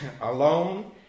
Alone